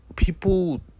People